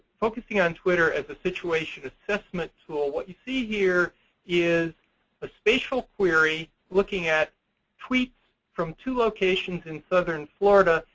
focusing on twitter as a situation assessment tool. what you see here is a spatial query looking at tweets from two locations in southern florida.